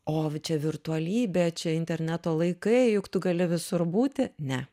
o čia virtualybė čia interneto laikai juk tu gali visur būti ne